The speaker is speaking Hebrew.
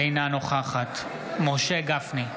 אינה נוכחת משה גפני,